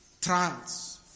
Trials